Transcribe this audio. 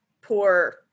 poor